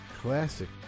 classic